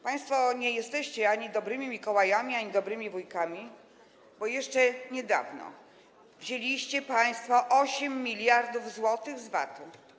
Państwo nie jesteście ani dobrymi Mikołajami, ani dobrymi wujkami, bo jeszcze niedawno wzięliście państwo 8 mld zł z VAT-u.